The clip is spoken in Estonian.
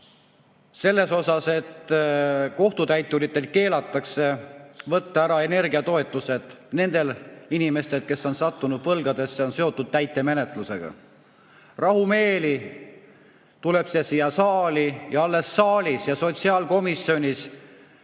mille järgi kohtutäituritel keelatakse võtta ära energiatoetusi nendelt inimestelt, kes on sattunud võlgadesse ja on seotud täitemenetlusega. Rahumeeli tuleb see eelnõu siia saali ja alles saalis ja sotsiaalkomisjonis